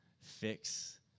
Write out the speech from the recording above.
Fix